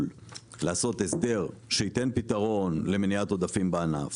לעשות הסדר שייתן פתרון למניעת עודפים בענף,